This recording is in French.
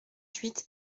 huit